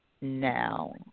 now